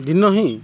ଦିନ ହିଁ